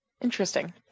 Interesting